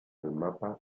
mapa